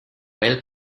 rail